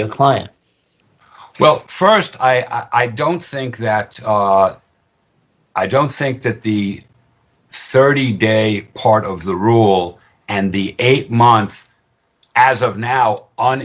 your client well st i don't think that i don't think that the thirty day part of the rule and the eight month as of now on